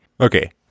Okay